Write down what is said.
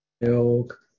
milk